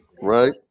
right